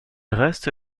reste